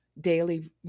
daily